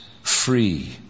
free